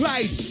Right